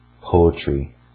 poetry